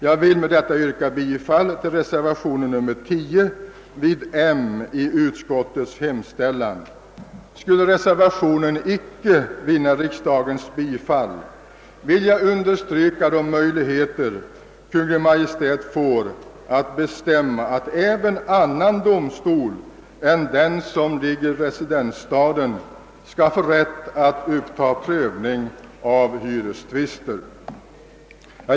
Jag vill med detta yrka bifall till reservationen X vid moment M i utskottets hemställan. Skulle reservationen icke vinna riksdagens bifall, vill jag understryka vikten av att Kungl. Maj:t får möjligheter att bestämma att även annan domstol än den som är belägen i residensstaden skall få rätt att uppta hyrestvister till prövning.